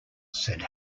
said